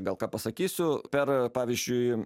gal ką pasakysiu per pavyzdžiui